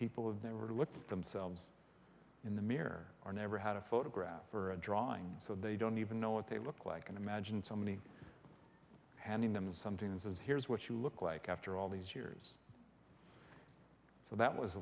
would look at themselves in the mirror or never had a photograph or a drawing so they don't even know what they look like and imagine so many handing them something that says here's what you look like after all these years so that was